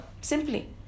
simply